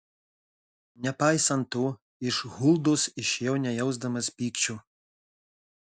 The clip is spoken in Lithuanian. nepaisant to iš huldos išėjau nejausdamas pykčio